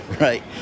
right